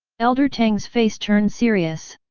elder tang's face turned serious.